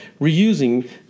reusing